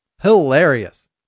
Hilarious